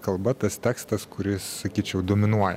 kalba tas tekstas kuris sakyčiau dominuoja